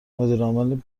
مدیرعامل